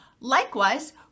likewise